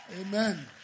Amen